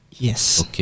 Yes